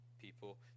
people